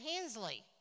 Hensley